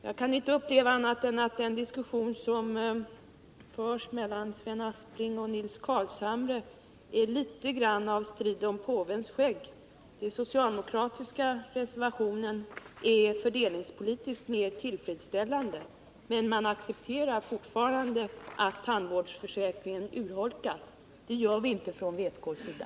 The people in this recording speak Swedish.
Jag kan inte uppleva annat än att den diskussion som förs mellan Sven Aspling och Nils Carlshamre är litet grand av en strid om påvens skägg. Den socialdemokratiska reservationen är fördelningspolitiskt mer tillfredsställande, men man accepterar fortfarande att tandvårdsförsäkringen urholkas. Det gör vi inte från vpk:s sida.